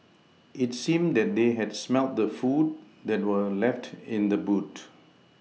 it seemed that they had smelt the food that were left in the boot